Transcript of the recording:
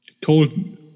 told